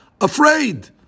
afraid